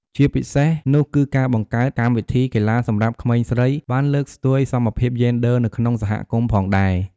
ជាពិសេសនោះ គឺការបង្កើតកម្មវិធីកីឡាសម្រាប់ក្មេងស្រីបានលើកស្ទួយសមភាពយេនឌ័រនៅក្នុងសហគមន៍ផងដែរ។